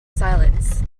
silence